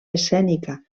escènica